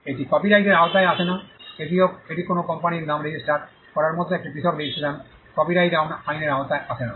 এটি কপিরাইটের আওতায় আসে না এটি কোনও কোম্পানির নাম রেজিস্টার করার মতো একটি পৃথক রেজিস্ট্রেশন কপিরাইট আইনের আওতায় আসে না